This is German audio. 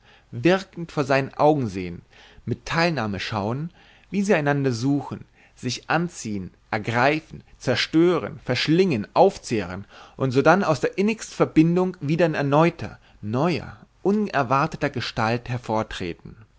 wirkend vor seinen augen sehen mit teilnahme schauen wie sie einander suchen sich anziehen ergreifen zerstören verschlingen aufzehren und sodann aus der innigsten verbindung wieder in erneuter neuer unerwarteter gestalt hervortreten